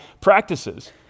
practices